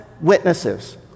witnesses